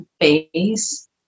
phase